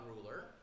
ruler